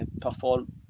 perform